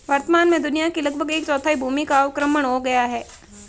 वर्तमान में दुनिया की लगभग एक चौथाई भूमि का अवक्रमण हो गया है